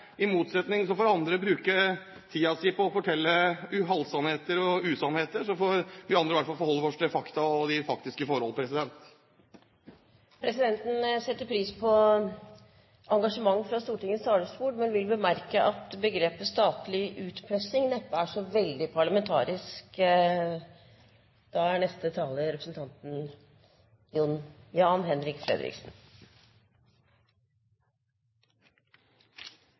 får andre bruke tiden sin på å fortelle halvsannheter og usannheter, og så får vi i hvert fall forholde oss til fakta og de faktiske forhold. Presidenten setter pris på engasjement fra Stortingets talerstol, men vil bemerke at begrepet «statlig utpressing» neppe er så veldig parlamentarisk.